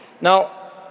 Now